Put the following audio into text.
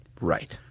Right